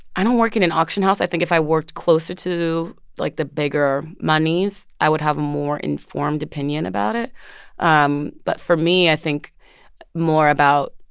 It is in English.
i don't work in an auction house. i think if i worked closer to, like, the bigger monies, i would have a more informed opinion about it um but for me, i think more about,